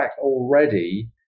already